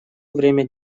время